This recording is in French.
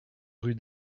rue